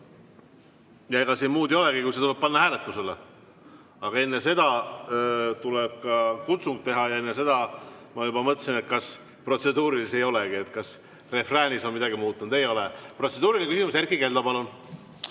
Ja ega siin muud olegi, kui et see tuleb panna hääletusele. Aga enne seda tuleb ka kutsung teha ja enne seda ... Ma juba mõtlesingi, et kas protseduurilisi ei olegi ja kas refräänis on midagi muutunud. Ei ole. Protseduuriline küsimus, Erkki Keldo, palun!